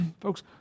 folks